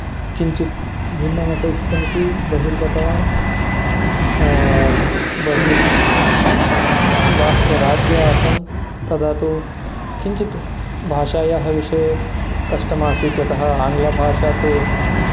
किञ्चित् भिन्नमपेक्षितमिति बहिर्गतवान् बहिर् बाह्यराज्ये आसम् तदा तु किञ्चित् भाषायाः विषये कष्टमासीत् यतः आङ्ग्लभाषा तु